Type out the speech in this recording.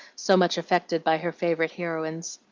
so much affected by her favorite heroines.